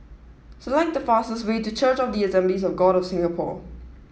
select the fastest way to Church of the Assemblies of God of Singapore